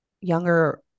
younger